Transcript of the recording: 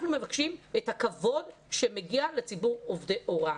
אנחנו מבקשים את הכבוד שמגיע לציבור עובדי ההוראה,